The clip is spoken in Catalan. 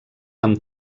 amb